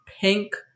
pink